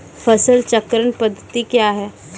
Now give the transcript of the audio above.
फसल चक्रण पद्धति क्या हैं?